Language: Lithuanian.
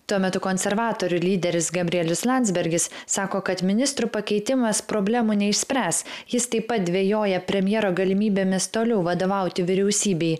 tuo metu konservatorių lyderis gabrielius landsbergis sako kad ministrų pakeitimas problemų neišspręs jis taip pat dvejoja premjero galimybėmis toliau vadovauti vyriausybei